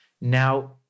now